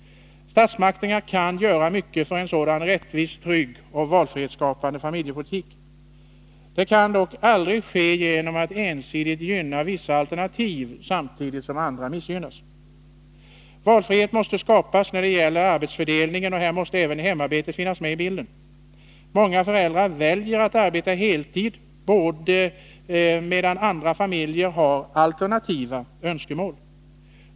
Statsmakterna kan göra mycket för en sådan rättvis trygghetsoch valfrihetsskapande familjepolitik. Det kan dock aldrig ske genom att ensidigt gynna vissa alternativ, samtidigt som andra missgynnas. Valfrihet måste skapas när det gäller arbetsfördelningen, och här måste även hemarbetet finnas med i bilden. I många familjer väljer båda föräldrarna att arbeta på heltid, medan man i andra familjer har alternativa önskemål.